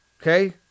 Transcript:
Okay